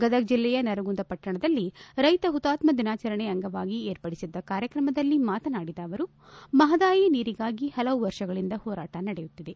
ಗದಗ್ ಜಿಲ್ಲೆಯ ನರಗುಂದ ಪಟ್ಟಣದಲ್ಲಿ ರೈತ ಹುತಾತ್ಮ ದಿನಾಚರಣೆ ಅಂಗವಾಗಿ ಏರ್ಪಡಿಸಿದ್ದ ಕಾರ್ಯಕ್ರಮದಲ್ಲಿ ಮಾತನಾಡಿದ ಅವರು ಮಹದಾಯಿ ನೀರಿಗಾಗಿ ಹಲವು ವರ್ಷಗಳಿಂದ ಹೋರಾಟ ನಡೆಯುತ್ತಿದೆ